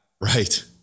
Right